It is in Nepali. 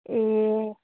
ए